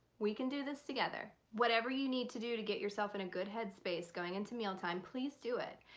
we can do this together. whatever you need to do to get yourself in a good headspace going into mealtime please do it.